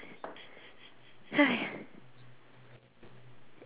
!haiya!